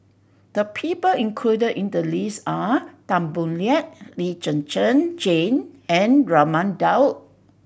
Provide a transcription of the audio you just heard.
the people included in the list are Tan Boo Liat Lee Zhen Zhen Jane and Raman Daud